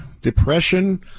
depression